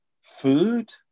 food